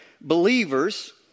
believers